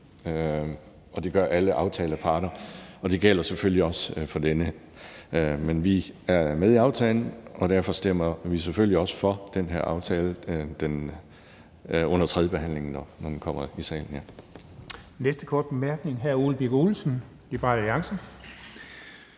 og det gør alle aftaleparter. Det gælder selvfølgelig også for den her. Men vi er med i aftalen, og derfor stemmer vi selvfølgelig også for den her aftale under tredjebehandlingen, når den kommer i salen.